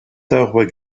darüber